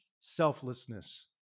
selflessness